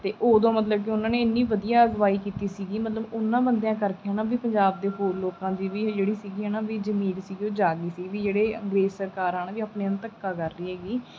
ਅਤੇ ਉਦੋਂ ਮਤਲਬ ਕਿ ਉਹਨਾਂ ਨੇ ਇੰਨੀ ਵਧੀਆ ਅਗਵਾਈ ਕੀਤੀ ਸੀਗੀ ਮਤਲਬ ਉਹਨਾਂ ਬੰਦਿਆਂ ਕਰਕੇ ਹੈ ਨਾ ਵੀ ਪੰਜਾਬ ਦੇ ਹੋਰ ਲੋਕਾਂ ਦੀ ਵੀ ਜਿਹੜੀ ਸੀਗੀ ਹੈ ਨਾ ਵੀ ਜ਼ਮੀਰ ਸੀਗੀ ਉਹ ਜਾਗ ਗਈ ਸੀ ਵੀ ਜਿਹੜੇ ਵੀ ਸਰਕਾਰ ਹੈ ਨਾ ਵੀ ਆਪਣਿਆਂ ਨੂੰ ਧੱਕਾ ਕਰ ਰਹੀ ਹੈਗੀ